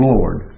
Lord